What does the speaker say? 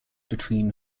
between